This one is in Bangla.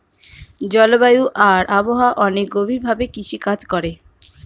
জলবায়ু আর আবহাওয়া অনেক গভীর ভাবে কৃষিকাজে প্রভাব করে